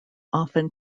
often